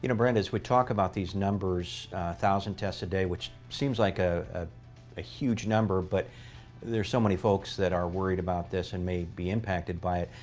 you know brenda, as we talk about these numbers, one thousand tests a day, which seems like ah ah a huge number, but there's so many folks that are worried about this and may be impacted by it.